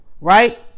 right